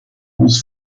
was